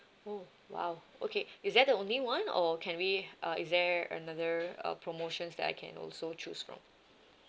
oh !wow! okay is that the only one or can we uh is there another uh promotions that I can also choose from